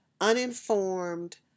uninformed